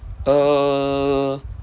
err